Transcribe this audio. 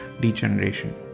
degeneration